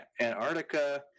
Antarctica